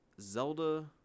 Zelda